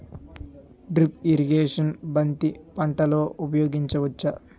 Drip irrigation బంతి పంటలో ఊపయోగించచ్చ?